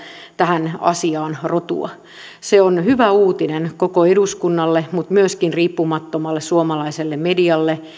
tähän asiaan rotua on hyvä uutinen koko eduskunnalle mutta myöskin riippumattomalle suomalaiselle medialle